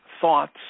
thoughts